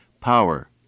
power